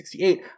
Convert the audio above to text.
1968